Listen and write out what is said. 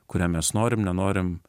kurią mes norim nenorim